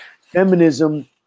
feminism